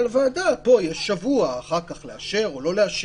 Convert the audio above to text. הוועדה פה יהיה שבוע אחר כך לאשר או לא לאשר.